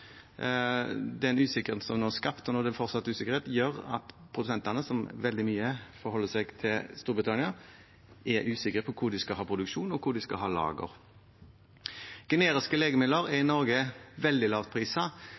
Den usikkerheten som nå er skapt – og det er fortsatt usikkerhet – gjør at produsentene, som forholder seg veldig mye til Storbritannia, er usikre på hvor de skal ha produksjonen, og hvor de skal ha lager. Generiske legemidler er veldig lavt